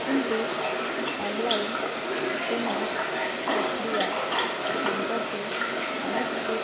কিন্তু online payment প্রক্রিয়া সম্পর্কে অনিশ্চিত